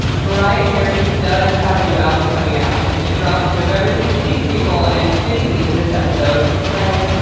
mariah carey does have a new album coming out. it drops november sixteenth, people! and fittingly, for this episode, it's titled,